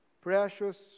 precious